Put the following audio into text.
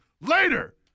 Later